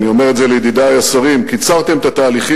אני אומר את זה לידידי השרים קיצרתם את התהליכים.